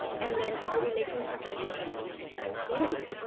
and then are we making contributions in the community?